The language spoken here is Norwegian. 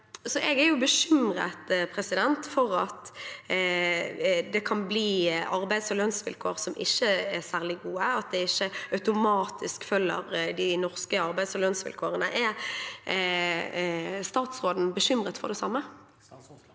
Jeg er bekymret for at det kan bli arbeids- og lønnsvilkår som ikke er særlig gode, at det ikke automatisk følger de norske arbeids- og lønnsvilkårene. Er statsråden bekymret for det samme?